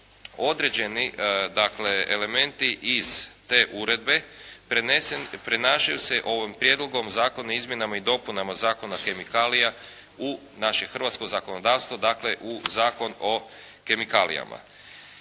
dakle elementi iz te uredbe prenašaju se ovim Prijedlogom Zakona o izmjenama i dopunama Zakona kemikalija u naše hrvatsko zakonodavstvo, dakle u Zakon o kemikalijama.